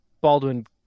Baldwin